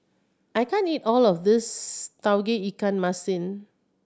I can't eat all of this Tauge Ikan Masin